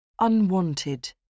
Unwanted